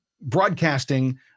broadcasting